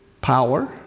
power